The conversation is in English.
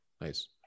nice